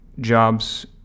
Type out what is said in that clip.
jobs